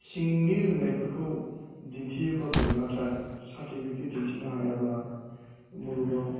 सिंनि रोंनायफोरखौ दिन्थियोब्लाबो नाथाय सार्टिफिकेट दिन्थिनो हायाब्ला मुलुगाव